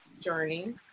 journey